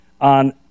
on